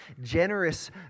generous